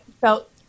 felt